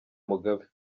mugabe